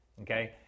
Okay